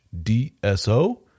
DSO